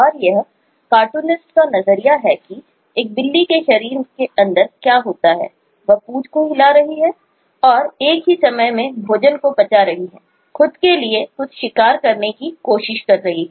और यह कार्टूनिस्ट का नजरिया है कि एक बिल्ली के शरीर के अंदर क्या होता है जैसे वह पूंछ को हिला रही है और एक ही समय में भोजन को पचा रही है खुद के लिए कुछ शिकार करने की कोशिश कर रही है